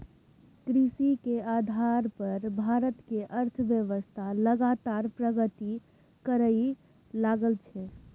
कृषि के आधार पर भारत के अर्थव्यवस्था लगातार प्रगति करइ लागलइ